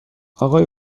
آقای